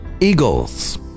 eagles